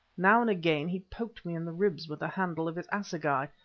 now and again he poked me in the ribs with the handle of his assegai,